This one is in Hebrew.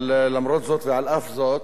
אבל למרות זאת, ועל אף זאת,